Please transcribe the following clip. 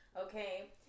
Okay